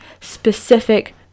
specific